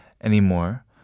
anymore